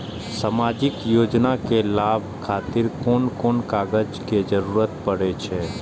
सामाजिक योजना के लाभक खातिर कोन कोन कागज के जरुरत परै छै?